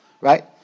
Right